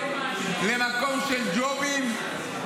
למקום של ג'ובים,